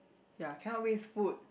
ya cannot waste food